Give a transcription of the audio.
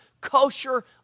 kosher